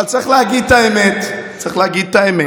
אבל צריך להגיד את האמת, אתה פשוט משקר.